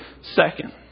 second